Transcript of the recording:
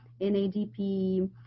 NADP